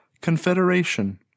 Confederation